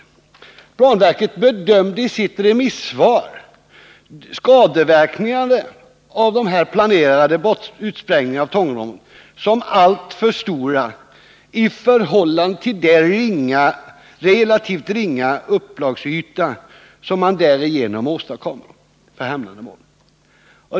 I sitt remissvar har planverket redovisat att man bedömde skadeverkningarna av de planerade utsprängningarna av Tångenområdet vara alltför stora i 101 förhållande till den relativt ringa upplagsyta som man därigenom åstadkom.